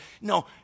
No